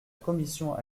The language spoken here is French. commission